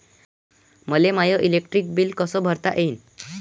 मले माय electric light bill कस भरता येईल?